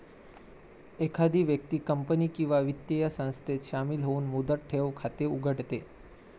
एखादी व्यक्ती कंपनी किंवा वित्तीय संस्थेत शामिल होऊन मुदत ठेव खाते उघडते